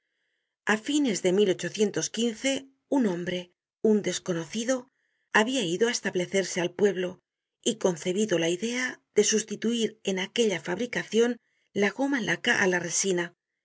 a fines de un hombre un desconocido habia ido á establecerse al pueblo y concebido la idea de sustituir en aquella fabricacion la goma laca á la resina